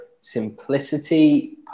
simplicity